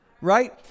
right